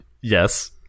yes